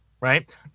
right